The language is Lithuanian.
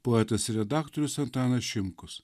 poetas ir redaktorius antanas šimkus